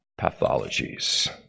pathologies